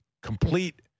Complete